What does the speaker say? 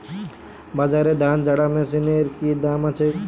বাজারে ধান ঝারা মেশিনের কি দাম আছে?